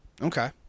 Okay